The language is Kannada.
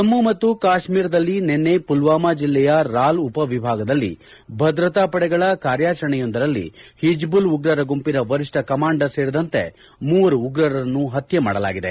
ಜಮ್ಮ ಮತ್ತು ಕಾಶ್ಮೀರದಲ್ಲಿ ನಿನ್ನೆ ಪುಲ್ವಾಮಾ ಜಿಲ್ಲೆಯ ರಾಲ್ ಉಪವಿಭಾಗದಲ್ಲಿ ಭದ್ರತಾ ಪಡೆಗಳ ಕಾರ್ಯಾಚರಣೆಯೊಂದರಲ್ಲಿ ಹಿಜ್ಲಲ್ ಉಗ್ರರ ಗುಂಪಿನ ವರಿಷ್ನ ಕಮಾಂಡರ್ ಸೇರಿದಂತೆ ಮೂವರು ಉಗ್ರರನ್ನು ಹತ್ತೆ ಮಾಡಲಾಗಿದೆ